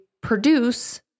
produce